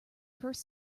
first